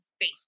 face